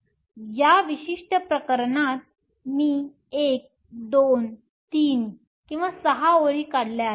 या विशिष्ट प्रकरणात मी 1 2 3 6 ओळी काढल्या आहेत